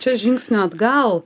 čia žingsniu atgal